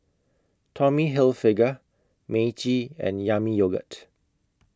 Tommy Hilfiger Meiji and Yami Yogurt